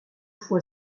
foy